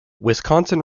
wisconsin